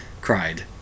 cried